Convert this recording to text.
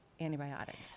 antibiotics